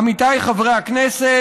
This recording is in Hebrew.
עמיתיי חברי הכנסת,